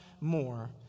more